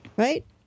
right